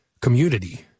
Community